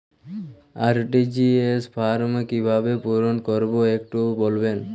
RTGS form কিভাবে পূরণ করবো একটু বলবেন?